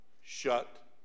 shut